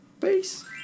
Peace